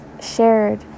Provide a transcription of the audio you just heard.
shared